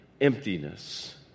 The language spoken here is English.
emptiness